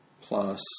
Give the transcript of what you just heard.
Plus